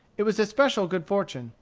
it was especial good fortune,